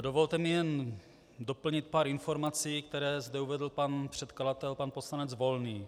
Dovolte mi jen doplnit pár informací, které zde uvedl pan předkladatel pan poslanec Volný.